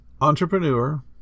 entrepreneur